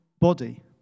body